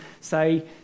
say